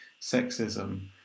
sexism